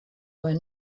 were